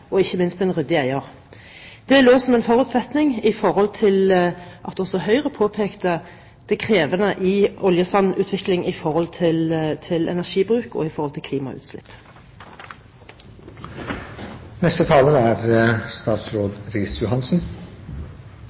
og ikke minst en ryddig eier. Det lå som en forutsetning i forhold til at også Høyre påpekte det krevende i oljesandutvikling når det gjelder energibruk, og når det gjelder klimagassutslipp. Jeg er ute i samme ærend som representanten Meling. Jeg har også en veldig kort melding til